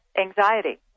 anxiety